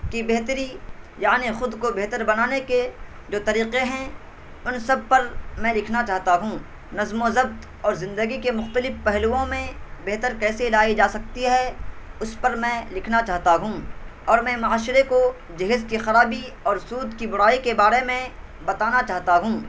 کی بہتری یعنی خود کو بہتر بنانے کے جو طریقے ہیں ان سب پر میں لکھنا چاہتا ہوں نظم و ضبط اور زندگی کے مختلف پہلوؤں میں بہتر کیسے لائی جا سکتی ہے اس پر میں لکھنا چاہتا ہوں اور میں معاشرے کو جہیز کی خرابی اور سود کی برائی کے بارے میں بتانا چاہتا ہوں